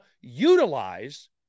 utilize